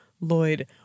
Lloyd